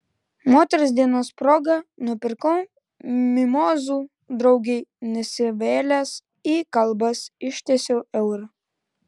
moters dienos proga nupirkau mimozų draugei nesivėlęs į kalbas ištiesiau eurą